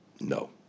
no